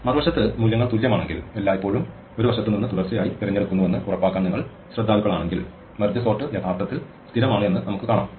മറുവശത്ത് മൂല്യങ്ങൾ തുല്യമാണെങ്കിൽ എല്ലായ്പ്പോഴും ഒരു വശത്ത് നിന്ന് തുടർച്ചയായി തിരഞ്ഞെടുക്കുന്നുവെന്ന് ഉറപ്പാക്കാൻ നിങ്ങൾ ശ്രദ്ധാലുക്കളാണെങ്കിൽ മെർജ് സോർട്ട് യഥാർത്ഥത്തിൽ സ്ഥിരമാണ് എന്ന് നമുക്ക് കാണാം